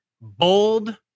bold